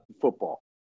football